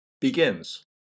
Begins